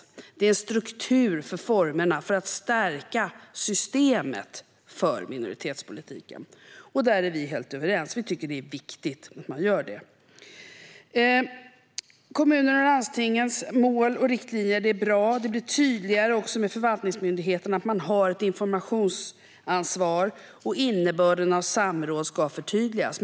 Det handlar om en struktur för formerna för att stärka systemet för minoritetspolitiken. Där är vi helt överens. Vi tycker att det är viktigt att man gör det. Mål och riktlinjer i kommuner och landsting är bra. Med förvaltningsmyndigheten blir det också tydligare att man har ett informationsansvar. Innebörden av samråd ska förtydligas.